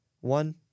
one